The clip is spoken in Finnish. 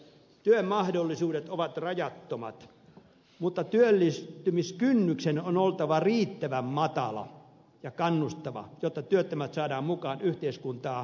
työmahdollisuudet ovat rajattomat mutta työllistymiskynnyksen on oltava riittävän matala ja kannustava jotta työttömät saadaan mukaan yhteiskuntaa hyödyttävään toimintaan